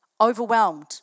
overwhelmed